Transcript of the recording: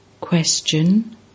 Question